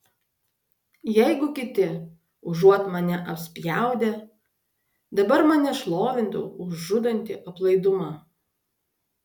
jeigu kiti užuot mane apspjaudę dabar mane šlovintų už žudantį aplaidumą